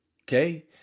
okay